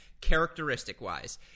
characteristic-wise